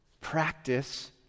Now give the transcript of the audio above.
practice